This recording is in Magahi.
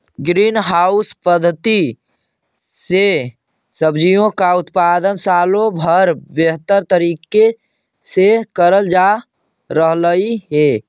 ग्रीन हाउस पद्धति से सब्जियों का उत्पादन सालों भर बेहतर तरीके से करल जा रहलई हे